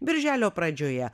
birželio pradžioje